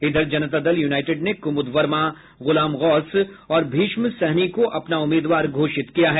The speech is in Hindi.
इधर जनता दल यूनाईटेड ने कुमुद वर्मा गुलाम गौस और भीष्म सहनी को अपना उम्मीदवार घोषित किया है